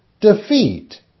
defeat